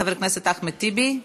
חבר הכנסת אחמד טיבי,